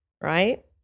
right